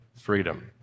freedom